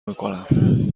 میکنم